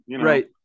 Right